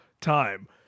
time